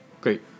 Great